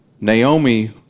Naomi